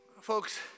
folks